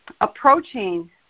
approaching